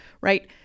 right